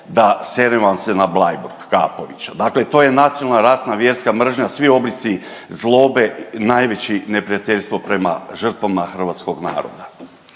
da serem vam se na Bleiburg … dakle, to je nacionalna, rasna, vjerska mržnja svi oblici zlobe najveći neprijateljstvo prema žrtvama hrvatskog naroda.